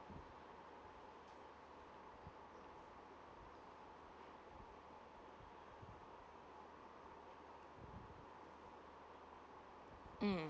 hmm